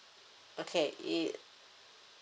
okay it